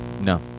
no